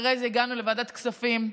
אחרי זה הגענו לוועדת כספים,